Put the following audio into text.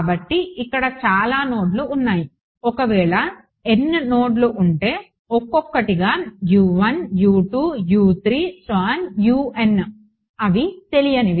కాబట్టి ఇక్కడ చాలా నోడ్లు ఉన్నాయి ఒకవేళ n నోడ్లు ఉంటే ఒక్కొక్కటిగా అవి తెలియనివి